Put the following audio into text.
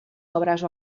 obres